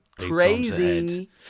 Crazy